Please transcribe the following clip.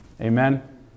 Amen